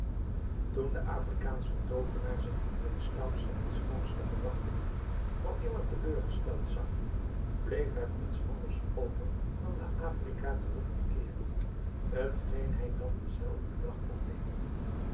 toen de afrikaansche toovenaar zich in zijn stoutste en schoonste verwachtingen voor immer teleurgesteld zag bleef hem niets anders over dan naar afrika terug te keeren t geen hij dan denzelfden dag ook deed